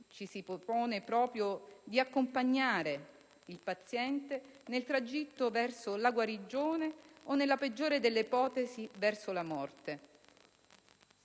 ci si propone proprio di accompagnare il paziente nel tragitto verso la guarigione o, nella peggiore delle ipotesi, verso la morte.